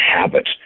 habit